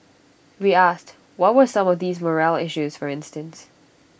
we asked what were some of these morale issues for instance